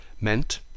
meant